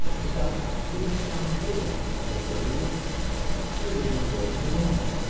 adopt irresponsibility as their religion they live in a world of their own,